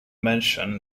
mention